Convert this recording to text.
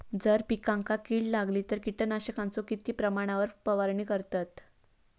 जर पिकांका कीड लागली तर कीटकनाशकाचो किती प्रमाणावर फवारणी करतत?